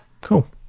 Cool